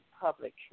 public